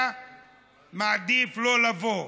אתה מעדיף שלא לבוא,